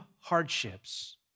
hardships